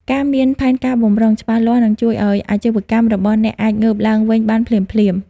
ការមាន ផែនការបម្រុង ច្បាស់លាស់ នឹងជួយឱ្យអាជីវកម្មរបស់អ្នកអាចងើបឡើងវិញបានភ្លាមៗ ។